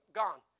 gone